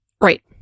Right